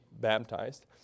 baptized